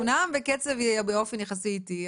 אמנם בקצב או באופן יחסי איטי,